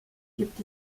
gibt